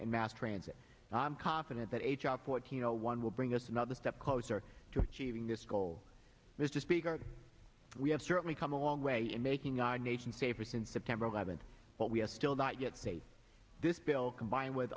and mass transit and i'm confident that h r fourteen zero one will bring us another step closer to achieving this goal mr speaker we have certainly come a long way in making our nation safer since september eleventh but we have still not yet made this bill combined with